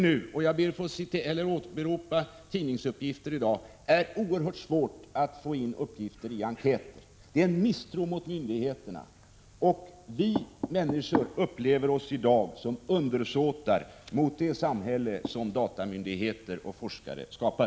Tidningsuppgifter i dag berättar att det nu är oerhört svårt att få in uppgifter i enkäter. Det har uppstått stark misstro mot myndigheterna. Vi människor upplever oss alltmer som undersåtar i ett samhälle som datamyndigheter och forskare styr.